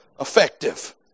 effective